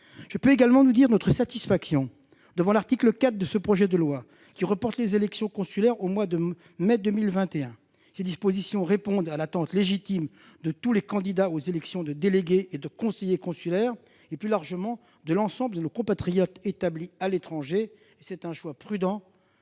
Je veux également dire notre satisfaction devant l'article 4 de ce projet de loi, qui vise à reporter les élections consulaires au mois de mai 2021. Ces dispositions répondent à l'attente légitime de tous les candidats aux élections de délégués et de conseillers consulaires, et plus largement de l'ensemble de nos compatriotes établis à l'étranger. C'est un choix prudent